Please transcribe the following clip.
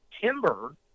timber